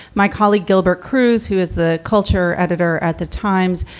my colleague gilbert cruz, who is the culture editor at the times,